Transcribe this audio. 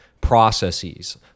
processes